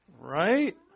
Right